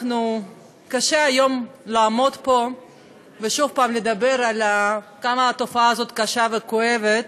קשה היום לעמוד פה ושוב לדבר על כמה התופעה הזאת קשה וכואבת,